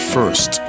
First